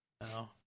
No